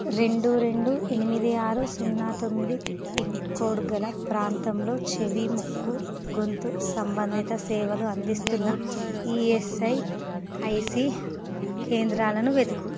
రెండు రెండు ఎనిమిది ఆరు సున్నా తొమ్మిది పిన్కోడ్ గల ప్రాంతంలో చెవి ముక్కు గొంతు సంబంధిత సేవలు అందిస్తున్న ఈయస్ఐఐసి కేంద్రాలను వెతుకు